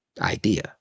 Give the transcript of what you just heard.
idea